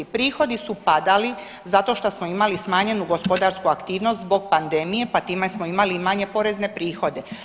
Prihodi su padali zato što smo imali smanjenu gospodarsku aktivnost zbog pandemije, pa time smo imali i manje porezne prihode.